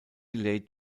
laid